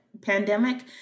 pandemic